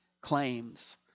claims